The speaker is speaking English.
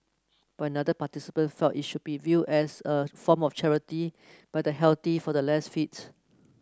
but another participant felt it should be viewed as a form of charity by the healthy for the less fit